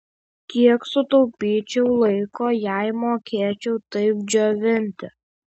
kiek sutaupyčiau laiko jei mokėčiau taip džiovinti